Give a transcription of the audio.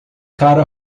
cara